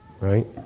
right